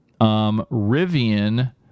Rivian